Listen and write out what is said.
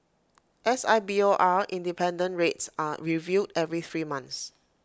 S I B O R independent rates are reviewed every three months